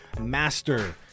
master